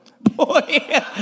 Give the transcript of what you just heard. Boy